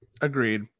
Agreed